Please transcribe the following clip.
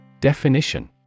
Definition